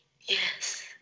Yes